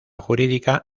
jurídica